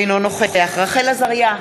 אינו נוכח רחל עזריה,